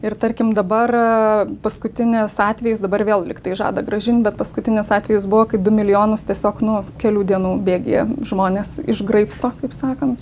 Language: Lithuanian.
ir tarkim dabar paskutinis atvejis dabar vėl lyg tai žada grąžinti bet paskutinis atvejis buvo kaip du milijonus tiesiog nu kelių dienų bėgyje žmonės išgraibsto kaip sakant